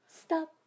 stop